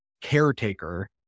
caretaker